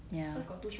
ya